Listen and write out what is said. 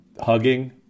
hugging